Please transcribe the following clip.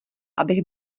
abych